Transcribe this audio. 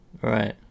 Right